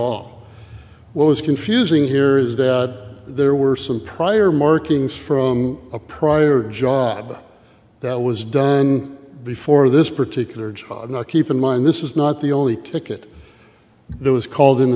off what was confusing here is that there were some prior markings from a prior job that was done before this particular job and i keep in mind this is not the only ticket there was called into